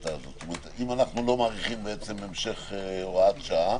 אם אנחנו לא מאריכים הוראת שעה?